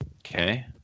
Okay